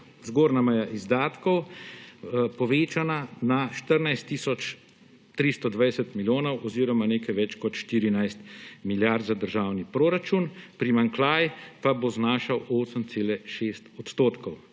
zgornja meja izdatkov povečana na 14 tisoč 320 milijonov oziroma nekaj več kot 14 milijard za državni proračun, primanjkljaj pa bo znašal 8,6 %.